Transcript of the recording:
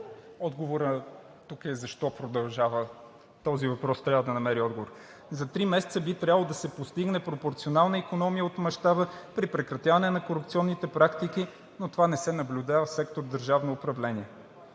Въпросът тук е защо продължава? Този въпрос трябва да намери отговор. За три месеца би трябвало да се постигне пропорционална икономия от мащаба при прекратяване на корупционните практики, но това не се наблюдава в сектор „Държавно управление“.